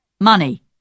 money